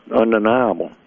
undeniable